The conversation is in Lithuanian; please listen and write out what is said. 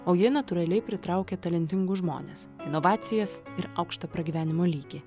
o ji natūraliai pritraukia talentingus žmones inovacijas ir aukštą pragyvenimo lygį